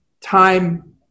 time